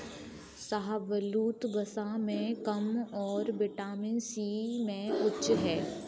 शाहबलूत, वसा में कम और विटामिन सी में उच्च है